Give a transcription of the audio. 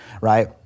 right